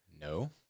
No